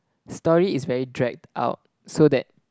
story is very dragged out so that